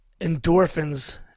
endorphins